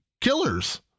killers